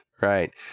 Right